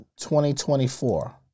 2024